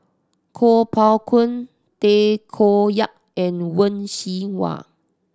Kuo Pao Kun Tay Koh Yat and Wen Jinhua